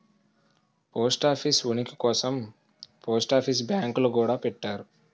post office ఉనికి కోసం post office బ్యాంకులు గూడా పెట్టారు